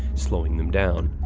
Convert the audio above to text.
slowing them down.